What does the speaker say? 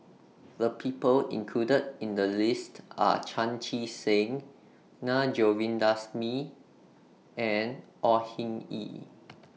The People included in The list Are Chan Chee Seng Na Govindasamy and Au Hing Yee